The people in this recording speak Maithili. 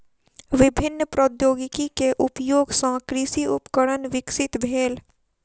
विभिन्न प्रौद्योगिकी के उपयोग सॅ कृषि उपकरण विकसित भेल